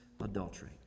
adultery